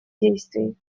действий